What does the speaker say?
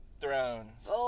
Thrones